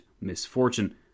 misfortune